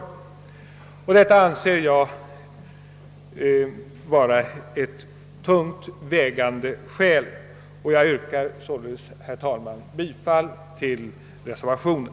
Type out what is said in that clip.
Detta anser jag vara tungt vägande skäl för att inte nu besluta i frågan och yrkar därför, herr talman, bifall till reservationen.